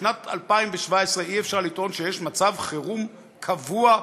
בשנת 2017 אי-אפשר לטעון שיש מצב חירום קבוע,